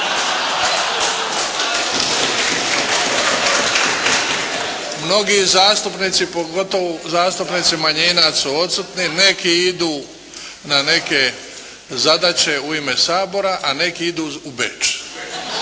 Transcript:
Mnogi zastupnici pogotovo zastupnici manjina su odsutni, neki idu na neke zadaće u ime Sabora, a neki idu u Beč.